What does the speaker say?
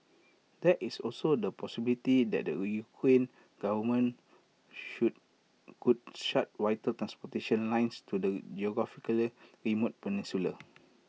there is also the possibility that the Ukrainian government should could shut vital transportation lines to the geographically remote peninsula